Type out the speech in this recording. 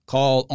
Call